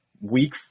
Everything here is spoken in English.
week